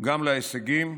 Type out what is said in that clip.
גם להישגים,